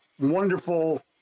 wonderful